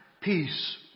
peace